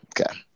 Okay